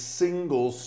single